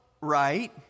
right